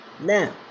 now